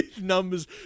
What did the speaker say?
numbers